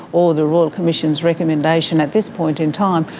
or the royal commission's recommendation at this point in time,